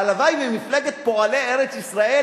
הלוואי שמפלגת פועלי ארץ-ישראל,